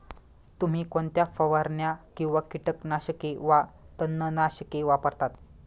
तुम्ही कोणत्या फवारण्या किंवा कीटकनाशके वा तणनाशके वापरता?